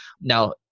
Now